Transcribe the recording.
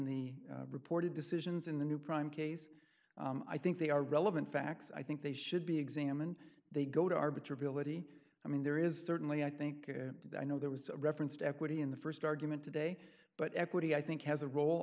the reported decisions in the new prime case i think they are relevant facts i think they should be examined they go to arbiter ability i mean there is certainly i think i know there was a reference to equity in the st argument today but equity i think has a role